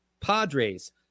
Padres